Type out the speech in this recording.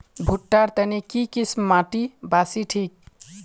भुट्टा र तने की किसम माटी बासी ठिक?